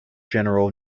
general